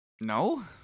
No